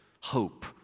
hope